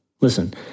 Listen